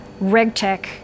RegTech